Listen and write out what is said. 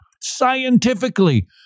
scientifically